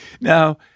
Now